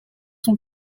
son